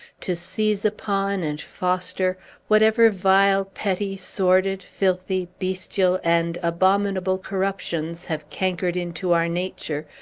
to seize upon and foster whatever vile, petty, sordid, filthy, bestial, and abominable corruptions have cankered into our nature,